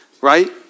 right